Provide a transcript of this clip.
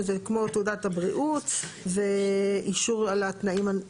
שזה כמו תעודת הבריאות ואישור על התנאים,